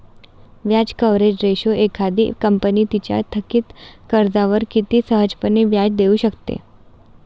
व्याज coverage ratio एखादी company तिच्या थकित कर्जावर किती सहजपणे व्याज देऊ शकते